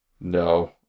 No